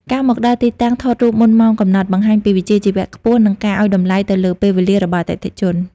ការមកដល់ទីតាំងថតរូបមុនម៉ោងកំណត់ បង្ហាញពីវិជ្ជាជីវៈខ្ពស់ និងការឱ្យតម្លៃទៅលើពេលវេលារបស់អតិថិជន។